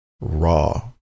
raw